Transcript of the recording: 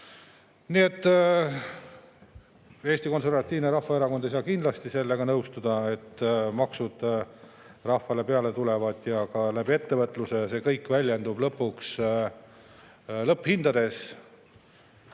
eurot. Eesti Konservatiivne Rahvaerakond ei saa kindlasti sellega nõustuda, et maksud rahvale peale tulevad – ettevõtluse kaudu see kõik väljendub lõpuks lõpphindades.